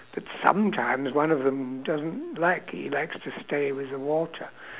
but sometimes one of them doesn't like he likes to stay with the water